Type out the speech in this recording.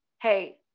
hey